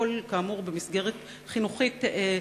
כל זה כאמור מתרחש במסגרת חינוכית קפדנית